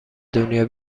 دنیا